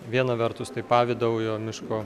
viena vertus tai pavidaujo miško